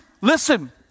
listen